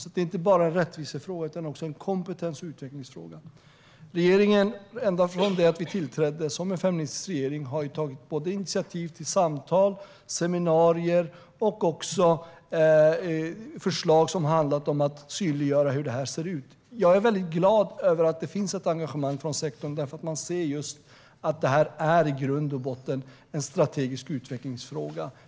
Det är alltså inte bara en rättvisefråga utan också en kompetens och utvecklingsfråga. Ända från det att regeringen tillträdde som feministisk regering har den tagit initiativ till såväl samtal som seminarier och också lagt förslag som har handlat om att synliggöra hur detta ser ut. Jag är väldigt glad över att det finns ett engagemang från sektorn och att man där ser att detta i grund och botten är en strategisk utvecklingsfråga.